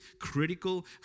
critical